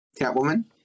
Catwoman